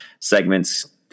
segments